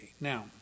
Now